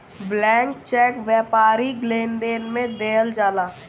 blank cheque व्यापारिक लेनदेन में देहल जाला